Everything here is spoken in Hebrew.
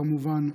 כמובן.